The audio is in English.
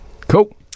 Cool